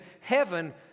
heaven